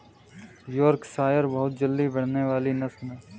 Yorkshire बहुत जल्दी बढ़ने वाली नस्ल है